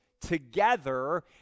together